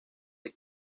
los